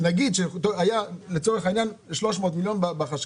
נניח שהיה לצורך העניין 300 מיליון בחשכ"ל.